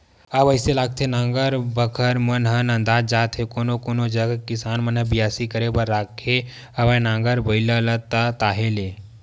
अब अइसे लागथे नांगर बखर मन ह नंदात जात हे कोनो कोनो जगा किसान मन ह बियासी करे बर राखे हवय नांगर बइला ला ताहले